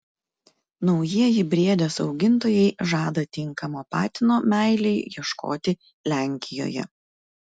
naujieji briedės augintojai žada tinkamo patino meilei ieškoti lenkijoje